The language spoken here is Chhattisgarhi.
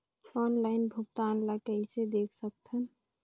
ऑनलाइन भुगतान ल कइसे देख सकथन?